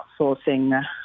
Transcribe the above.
outsourcing